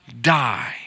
die